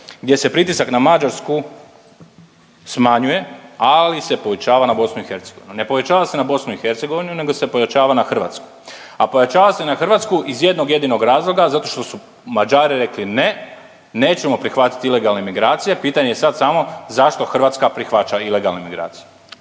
gdje se pritisak na Mađarsku smanjuje ali se povećava na BIH. Ne povećava se na BIH nego se pojačava na Hrvatsku. A pojačava se na Hrvatsku iz jednog jedinog razloga zato što su Mađari rekli ne, nećemo prihvatit ilegalne migracije, pitanje je sad samo zašto Hrvatska prihvaća ilegalne migracije.